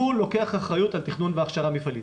הוא לוקח אחריות על תכנון והכשרה מפעלית.